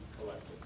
collected